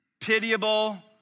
pitiable